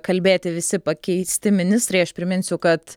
kalbėti visi pakeisti ministrai aš priminsiu kad